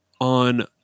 on